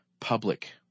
public